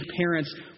parents